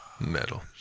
Metal